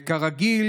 כרגיל,